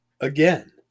again